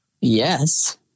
Yes